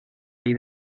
ahí